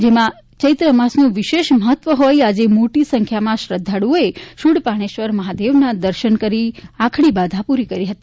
જેમાં ચૈત્ર અમાસનું વિશેષ મહત્વ હોઈ આજે મોટી સંખ્યામાં શ્રધ્ધાળુઓએ શૂળપાણેશ્વર મહાદેવના દર્શન કરી આખડી બાધા પૂરી કરી હતી